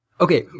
Okay